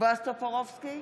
בועז טופורובסקי,